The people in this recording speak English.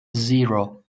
zero